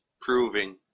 proving